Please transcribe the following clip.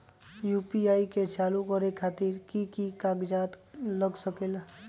UPI के चालु करे खातीर कि की कागज़ात लग सकेला?